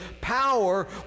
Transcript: power